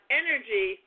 energy